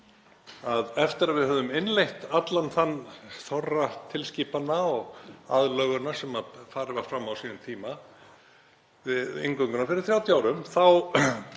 eftir að við höfðum innleitt allan þann þorra tilskipana og aðlögunar sem farið var fram á sínum tíma, við inngönguna fyrir 30 árum, þá